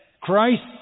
Christ